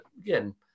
again